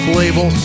label